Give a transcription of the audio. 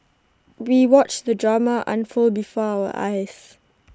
we watched the drama unfold before our eyes